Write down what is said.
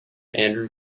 andrew